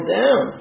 down